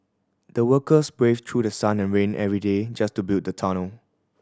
the workers braved through the sun and rain every day just to build the tunnel